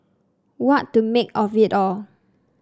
what to make of it all